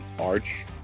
Arch